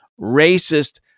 racist